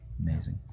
Amazing